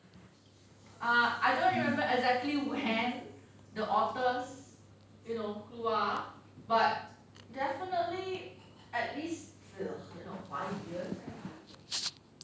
uh I don't remember exactly when the otters you know keluar but definitely at least uh you know five years I think